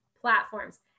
platforms